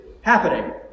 happening